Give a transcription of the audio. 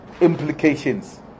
implications